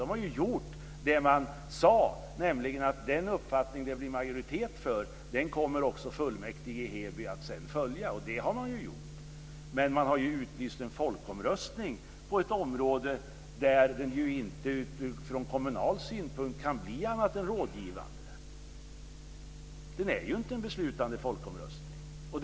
De har ju gjort det som de sagt, nämligen att den uppfattning som det blir majoritet för kommer fullmäktige i Heby sedan att följa. Men de har utlyst en folkomröstning på ett område där den från kommunal synpunkt inte kan bli annat än rådgivande. Det är ju inte en beslutande folkomröstning.